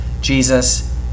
Jesus